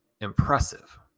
impressive